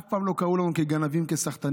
אף פעם לא קראו לנו "גנבים", "סחטנים".